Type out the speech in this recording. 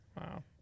Wow